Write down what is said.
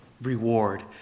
Reward